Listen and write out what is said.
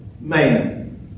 man